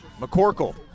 McCorkle